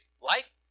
Life